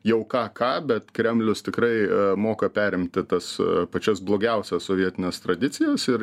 jau ką ką bet kremlius tikrai moka perimti tas pačias blogiausias sovietines tradicijas ir